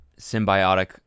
symbiotic